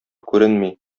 күренми